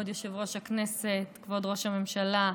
כבוד יושב-ראש הכנסת, כבוד ראש הממשלה,